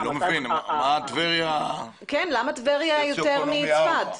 למה טבריה יותר מצפת?